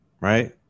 Right